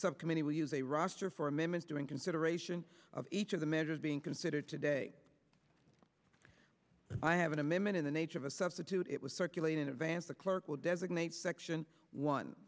subcommittee will use a roster for amendment during consideration of each of the measures being considered today i have an amendment in the nature of a substitute was circulated in advance the clerk will designate section one